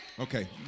Okay